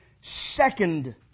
second